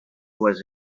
was